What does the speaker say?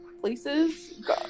places